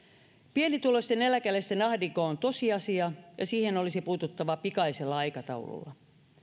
pienituloisten eläkeläisten ahdinko on tosiasia ja siihen olisi puututtava pikaisella aikataululla